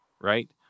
right